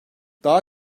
daha